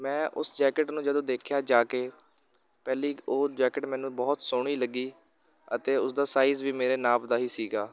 ਮੈਂ ਉਸ ਜੈਕੇਟ ਨੂੰ ਜਦੋਂ ਦੇਖਿਆ ਜਾ ਕੇ ਪਹਿਲੀ ਉਹ ਜੈਕੇਟ ਮੈਨੂੰ ਬਹੁਤ ਸੋਹਣੀ ਲੱਗੀ ਅਤੇ ਉਸਦਾ ਸਾਈਜ਼ ਵੀ ਮੇਰੇ ਨਾਪ ਦਾ ਹੀ ਸੀਗਾ